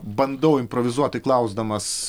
bandau improvizuoti klausdamas